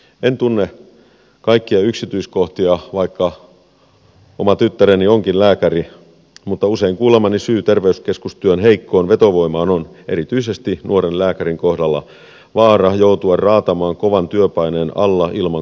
en tunne kaikkia yksityiskohtia vaikka oma tyttäreni onkin lääkäri mutta usein kuulemani syy terveyskeskustyön heikkoon vetovoimaan on erityisesti nuoren lääkärin kohdalla vaara joutua raatamaan kovan työpaineen alla ilman kollegojen tukea